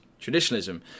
traditionalism